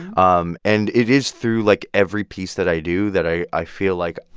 um and it is through, like, every piece that i do that i i feel like,